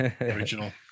Original